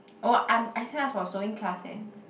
oh I'm I sign up for sewing class eh